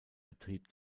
betrieb